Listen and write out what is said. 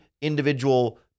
individual